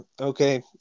okay